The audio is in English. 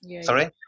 Sorry